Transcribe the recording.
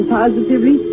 positively